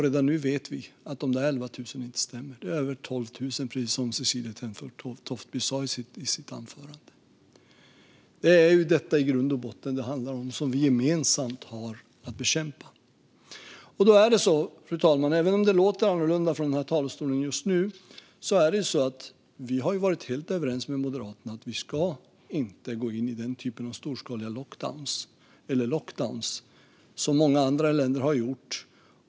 Redan nu vet vi att de där 11 000 inte stämmer. Det är över 12 000, precis som Cecilie Tenfjord Toftby sa i sitt anförande. Det är detta det i grund och botten handlar om och som vi gemensamt har att bekämpa. Fru talman! Även om det låter annorlunda från talarstolen just nu har vi varit helt överens med Moderaterna om att Sverige inte ska gå in i den typ av lockdowns som många andra länder har gjort.